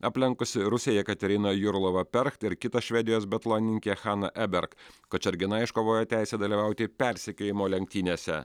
aplenkusi rusę jekateriną jurolovaperkt ir kita švedijos biatlonininkę haną eberk kačergina iškovojo teisę dalyvauti persekiojimo lenktynėse